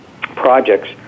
projects